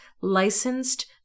licensed